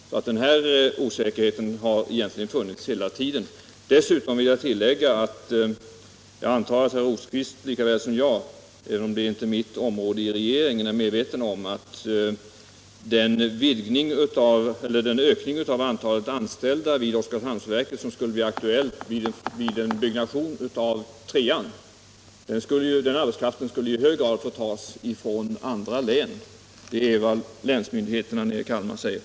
Så den här osäkerheten har egentligen funnits hela tiden. Vidare antar jag att herr Rosqvist lika väl som jag, även om det här inte är mitt område i regeringen, är medveten om att den ökning av antalet anställda vid Oskarshamnsverket som skulle bli aktuell vid uppförande av ett tredje aggregat i hög grad skulle få tas från andra län. Det är vad länsmyndigheterna i Kalmar säger.